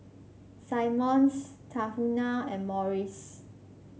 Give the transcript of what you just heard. Simmons Tahuna and Morries